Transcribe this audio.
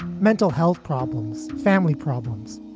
mental health problems, family problems,